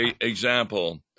example